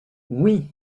oui